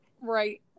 Right